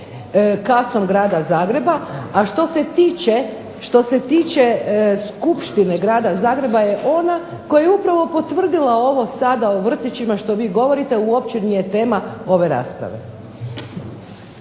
kartom grada Zagreba, a što se tiče skupštine grada Zagreba je ona koja je upravo potvrdila ovo o vrtićima što vi govorite, uopće nije tema ove rasprave.